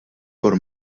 por